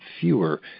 fewer